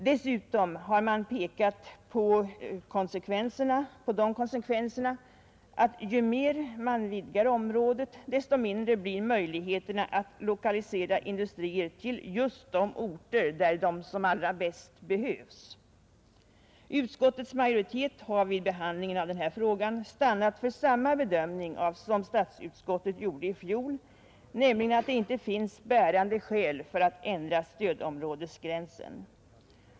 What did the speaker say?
Dessutom har man pekat på de konsekvenserna att ju mer man vidgar området, desto mindre blir möjligheterna att lokalisera industrier till just de orter där de allra bäst behövs. Utskottets majoritet har vid behandlingen av denna fråga stannat vid samma bedömning som statsutskottet gjorde i fjol, nämligen att det inte finns bärande skäl för att ändra stödområdesgränsen.